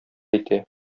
әйтә